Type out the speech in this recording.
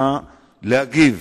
כדי להגיב.